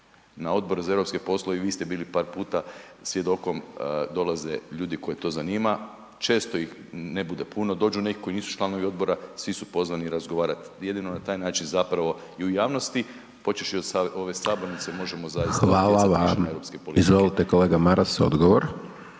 Na Odboru za europske poslove i vi ste bili par puta svjedokom, dolaze ljudi koje to zanima, često ih ne bude puno, dođu neki koji nisu članovi odbora, svi su pozvani razgovarat. Jedino na taj način zapravo i u javnosti počevši od ove sabornice možemo zaista utjecati više na europske